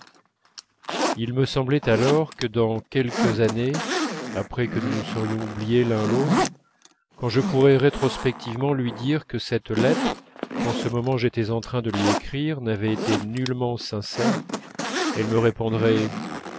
il me semblait alors que dans quelques années après que nous nous serions oubliés l'un l'autre quand je pourrais rétrospectivement lui dire que cette lettre qu'en ce moment j'étais en train de lui écrire n'avait été nullement sincère elle me répondrait